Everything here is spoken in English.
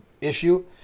issue